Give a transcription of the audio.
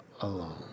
Alone